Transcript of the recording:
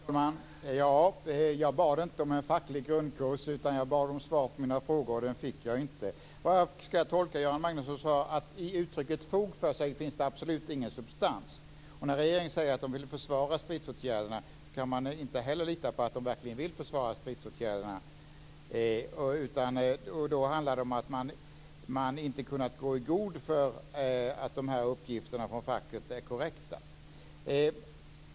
Fru talman! Jag bad inte om en facklig grundkurs utan om ett svar på mina frågor, men det fick jag inte. Skall jag tolka Göran Magnusson så att det inte finns någon substans alls i uttrycket "fog för sig"? När regeringen säger att den vill försvara stridsåtgärderna kan man inte heller lita på att den verkligen vill försvara stridsåtgärderna. Det handlar om att man inte har kunnat gå i god för att uppgifterna från facket är korrekta.